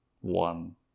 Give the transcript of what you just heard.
one